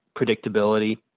predictability